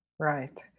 Right